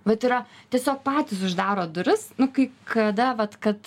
vat yra tiesiog patys uždaro duris kai kada vat kad